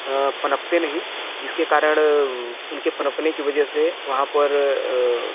पनपते नहीं जिसके कारण उनके पनपने की वजह से वहाँ पर